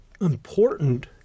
important